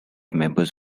members